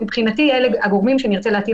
מבחינתי אלה הגורמים שאני ארצה להטיל